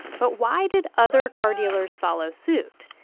but why did other car dealers follow suit?